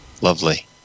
lovely